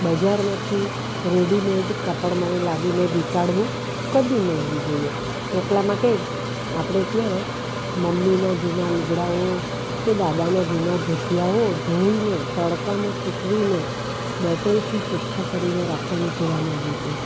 બજારમાંથી રેડીમેડ કાપડમાં એને લાવીને વીંટાળવું કદી લેવું જોઈએ એટલા માટે જ આપણે ત્યાં મમ્મીનાં જૂનાં લુગડાઓ કે દાદાનાં જૂનાં ધોતિયાઓ ધોઈને તડકામાં સૂકવીને ડેટોલથી ચોખ્ખા કરીને રાખવાનું કહેવામાં આવે છે